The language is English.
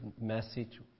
message